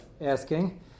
asking